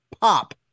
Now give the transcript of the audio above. pop